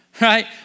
right